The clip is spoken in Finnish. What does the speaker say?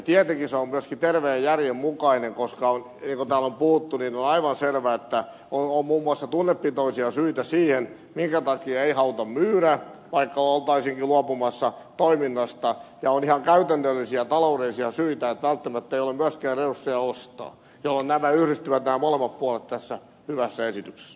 tietenkin se on myöskin terveen järjen mukainen koska niin kuin täällä on puhuttu on aivan selvä että on muun muassa tunnepitoisia syitä siihen minkä takia ei haluta myydä vaikka oltaisiinkin luopumassa toiminnasta ja on ihan käytännöllisiä taloudellisia syitä että välttämättä ei ole myöskään resursseja ostaa jolloin nämä molemmat puolet yhdistyvät tässä hyvässä esityksessä